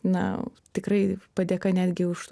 na tikrai padėka netgi už